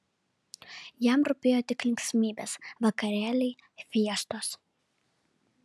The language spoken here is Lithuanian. jam rūpėjo tik linksmybės vakarėliai fiestos